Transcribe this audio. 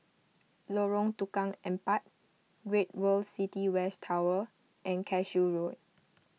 Lorong Tukang Empat Great World City West Tower and Cashew Road